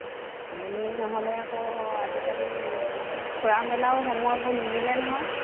এনেই নহ'লে আকৌ আজিকালি ফুৰা মেলাও সময়বোৰ নিমিলে নহয়